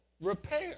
repair